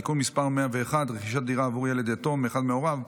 (תיקון מס' 101) (רכישת דירה עבור ילד יתום מאחד מהוריו),